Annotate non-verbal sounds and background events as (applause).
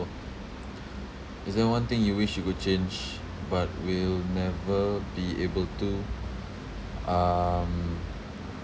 (noise) is there one thing you wish you could change but will never be able to um